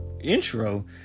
intro